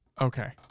Okay